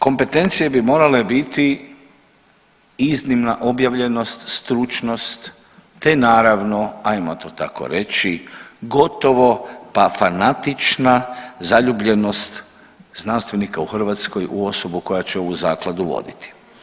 Kompetencije bi morale biti iznimna objavljenost, stručnost, te naravno ajmo to tako reći gotovo pa fanatična zaljubljenost znanstvenika u Hrvatskoj u osobu koja će ovu zakladu voditi.